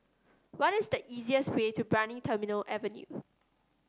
what is the easiest way to Brani Terminal Avenue